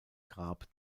grab